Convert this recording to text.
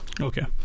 Okay